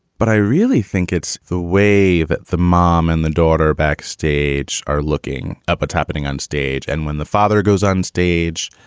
but i really think it's the way that the mom and the daughter backstage are looking at what's happening onstage and when the father goes onstage,